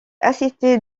assisté